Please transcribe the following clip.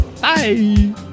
Bye